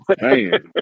Man